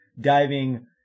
diving